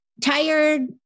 tired